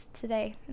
today